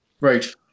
Right